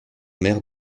maire